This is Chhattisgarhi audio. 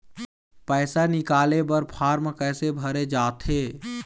पैसा निकाले बर फार्म कैसे भरे जाथे?